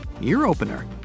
ear-opener